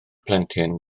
plentyn